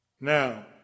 Now